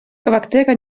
квартира